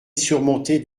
surmontée